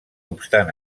obstant